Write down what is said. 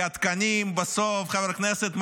כי התקנים בסוף, חבר הכנסת מלול,